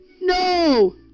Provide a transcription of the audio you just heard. No